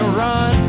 run